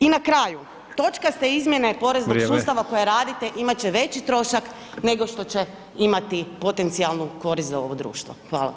I na kraju, točkaste izmjene poreznog sustava koje radite, imat će veći trošak nego što će imati potencijalnu korist za ovo društvo.